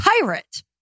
pirate